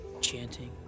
chanting